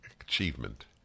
achievement